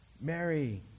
Mary